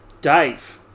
Dave